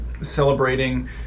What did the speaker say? celebrating